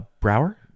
Brower